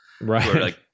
Right